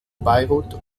beirut